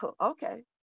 okay